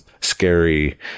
scary